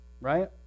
right